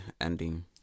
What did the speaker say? ending